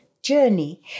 journey